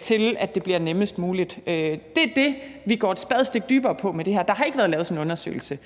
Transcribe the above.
så det bliver nemmest muligt. Det er det, vi går et spadestik dybere med med det her. Der har ikke været lavet sådan en undersøgelse